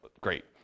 great